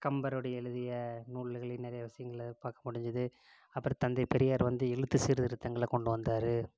கம்பருடைய எழுதிய நூல்கள் நிறைய வரிசைகள்ல பார்க்க முடிஞ்சுது அப்புறம் தந்தை பெரியார் வந்து எழுத்து சீர்த்திருத்தங்களை கொண்டு வந்தார்